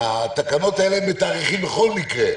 התקנות האלה הם בתאריכים בכל מקרה.